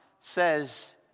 says